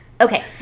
Okay